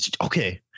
okay